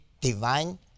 divine